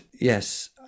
Yes